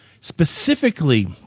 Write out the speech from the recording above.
specifically